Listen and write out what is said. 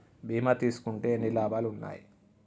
బీమా తీసుకుంటే ఎన్ని లాభాలు ఉన్నాయి?